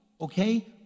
okay